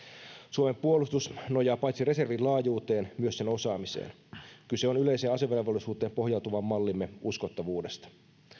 suomen puolustus nojaa paitsi reservin laajuuteen myös sen osaamiseen kyse on yleiseen asevelvollisuuteen pohjautuvan mallimme uskottavuudesta